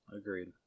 agreed